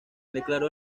declaró